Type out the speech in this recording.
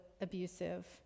abusive